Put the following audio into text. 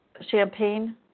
Champagne